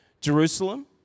Jerusalem